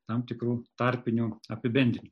tam tikrų tarpinių apibendrinimų